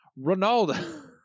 Ronaldo